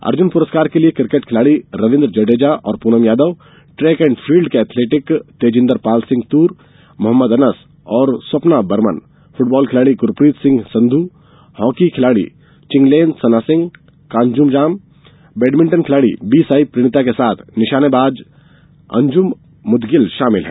अर्जुन पुरस्कार के लिये क्रिकेट खिलाड़ी रवीन्द्र जडेजा और Poonam Yadav track and field के एथलीट तेजिंदर पाल सिंह तूर मोहम्मद अनस और स्वप्ना बर्मन फूटबाल खिलाड़ी गुरफ्रीत सिंह संघू हाकी खिलाड़ी विंगलेन सना सिंह कांग्रजाम बैडमिंटन खिलाड़ी बी साई प्रणीत के साथ निशानेबाज अंजुम मुदगिल शामिल हैं